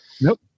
Nope